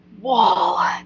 wall